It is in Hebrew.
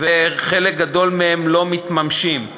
וחלק גדול מהם לא מתממשים.